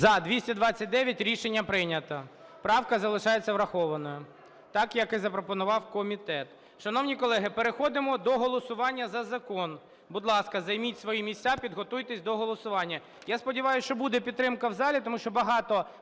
За-229 Рішення прийнято. Правка залишається врахованою. Так, як і запропонував комітет. Шановні колеги, переходимо до голосування за закон. Будь ласка, займіть свої місця, підготуйтесь до голосування. Я сподіваюсь, що буде підтримка в залі. Тому що багато